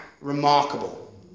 remarkable